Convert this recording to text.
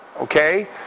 Okay